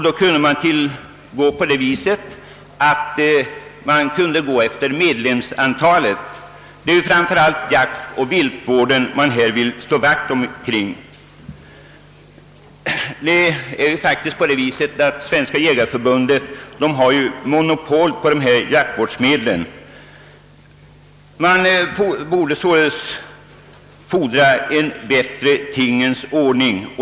Det kunde ske på det sättet att man kunde gå efter medlemsantalet. Det är ju framför allt jaktoch viltvården man här vill slå vakt om. Svenska jägareförbundet har nu monopol på jaktvårdsmedlen. Vi borde kunna fordra en bättre tingens ordning.